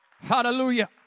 Hallelujah